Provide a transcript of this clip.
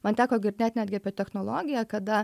man teko girdėt netgi apie technologiją kada